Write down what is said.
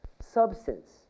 substance